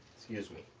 excuse me,